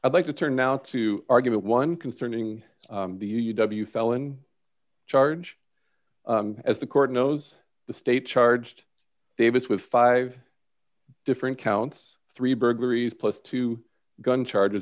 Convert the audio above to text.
i'd like to turn now to argument one concerning the u w felon charge as the court knows the state charged davis with five different counts three burglaries plus two gun charges